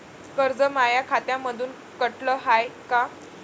कर्ज माया खात्यामंधून कटलं हाय का?